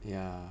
ya